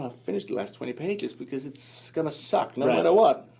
ah finish the last twenty pages because it's going to suck no matter what.